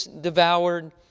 devoured